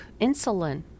insulin